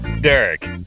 Derek